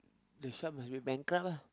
the shop must be bankrupt lah